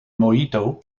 mojito